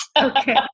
Okay